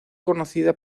conocida